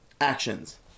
actions